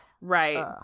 Right